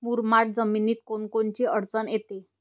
मुरमाड जमीनीत कोनकोनची अडचन येते?